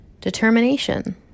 Determination